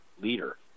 leader